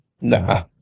Nah